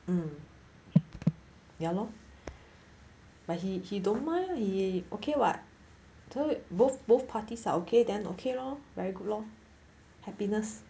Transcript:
mm ya lor but he he don't mind he okay [what] so both both parties are okay then okay lor very good lor happiness